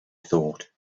thought